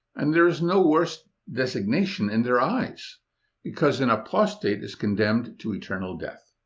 and there is no worse designation in their eyes because an apostate is condemned to eternal death.